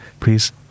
please